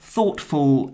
thoughtful